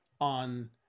on